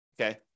okay